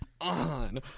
on